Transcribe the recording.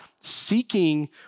seeking